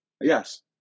Yes